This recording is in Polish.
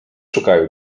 szukają